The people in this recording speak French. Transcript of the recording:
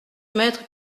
mettre